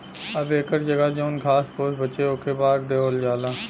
अब एकर जगह जौन घास फुस बचे ओके बार देवल जाला